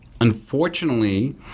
unfortunately